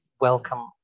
welcome